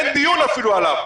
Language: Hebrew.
אין דיון אפילו עליו.